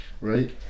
right